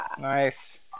Nice